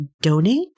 donate